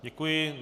Děkuji.